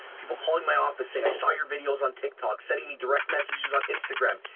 people calling my office saying i saw your videos on tiktok sending me direct messages on instagram.